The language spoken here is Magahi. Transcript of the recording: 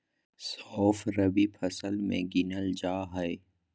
सौंफ रबी फसल मे गिनल जा हय